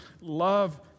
Love